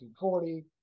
1940